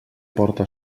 porta